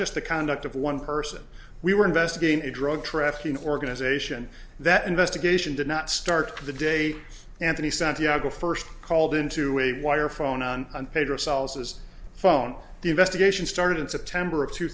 just the conduct of one person we were investigating a drug trafficking organization that investigation did not start the day anthony santiago first called into a wire phone on an pedro solaces phone the investigation started in september of two